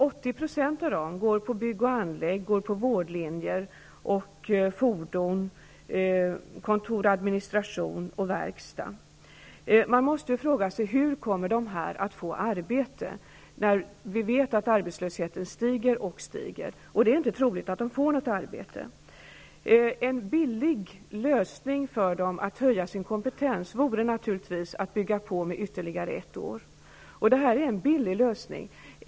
80 % av dem går på bygg och anlägg, på vårdlinjer, på fordon, på kontor och administration och på verkstad. Man måste fråga sig: Hur skall de få arbete? Vi vet att arbetslösheten stiger och stiger, och det är inte troligt att de får något arbete. En lösning för dem vore naturligtvis att höja sin kompetens med ytterligare ett år. Det är en billig lösning.